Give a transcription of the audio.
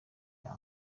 vya